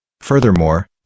Furthermore